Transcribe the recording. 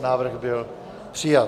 Návrh byl přijat.